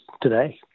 today